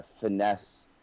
finesse